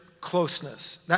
closeness